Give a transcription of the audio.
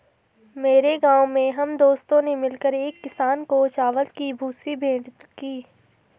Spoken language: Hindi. मेरे गांव में हम दोस्तों ने मिलकर एक किसान को चावल की भूसी भेंट की